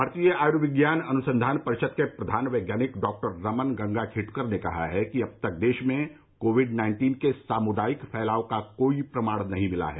भारतीय आयुर्विज्ञान अनुसंधान परिषद के प्रधान वैज्ञानिक डॉक्टर रमन गंगा खेडकर ने कहा है कि अब तक देश में कोविड नाइन्टीन के सामुदायिक फैलाव का कोई प्रमाण नहीं मिला है